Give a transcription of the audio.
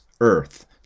Earth